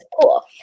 cool